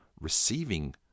receiving